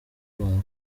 wawe